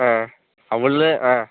ஆ ஆ